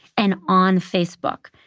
and on facebook,